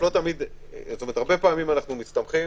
הרבה פעמים אנו מסתמכים